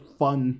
fun